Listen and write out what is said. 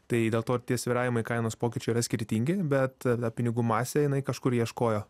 tai dėl to tie svyravimai kainos pokyčiai yra skirtingi bet pinigų masė jinai kažkur ieškojo